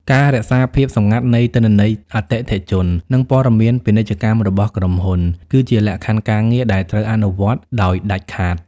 ការរក្សាភាពសម្ងាត់នៃទិន្នន័យអតិថិជន និងព័ត៌មានពាណិជ្ជកម្មរបស់ក្រុមហ៊ុន គឺជាលក្ខខណ្ឌការងារដែលត្រូវអនុវត្តដោយដាច់ខាត។